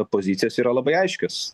pozicijos yra labai aiškios